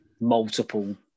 Multiple